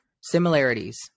similarities